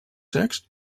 secs